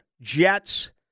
Jets